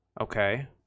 Okay